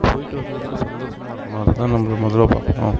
போய்ட்டு வந்ததுக்கு சந்தோஷமாக இருக்கணும் அதுதான் நம்ம முதல்ல பார்க்கணும்